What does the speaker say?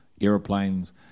airplanes